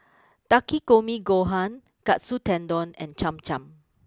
Takikomi Gohan Katsu Tendon and Cham Cham